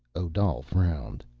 odal frowned,